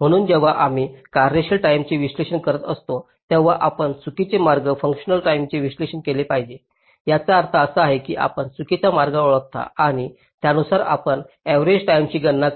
म्हणून जेव्हा आम्ही कार्यशील टाईमचे विश्लेषण करत असतो तेव्हा आपण चुकीचे मार्ग फूंकशनल टाईमचे विश्लेषण केले पाहिजे याचा अर्थ असा की आपण चुकीचा मार्ग ओळखता आणि त्यानुसार आपण अर्रेवाल टाईमची गणना